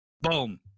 Boom